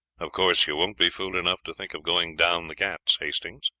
of course you won't be fool enough to think of going down the ghauts, hastings